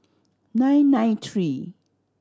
nine nine three